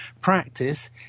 practice